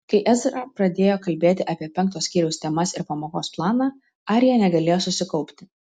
kai ezra pradėjo kalbėti apie penkto skyriaus temas ir pamokos planą arija negalėjo susikaupti